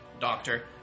doctor